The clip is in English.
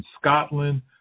Scotland